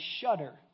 shudder